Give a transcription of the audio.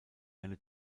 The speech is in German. eine